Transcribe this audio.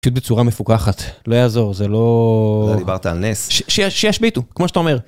פשוט בצורה מפוכחת, לא יעזור, זה לא... מה דיברת על נס? שישביתו, כמו שאתה אומר.